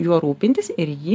juo rūpintis ir jį